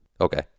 Okay